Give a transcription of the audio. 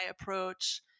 approach